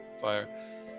fire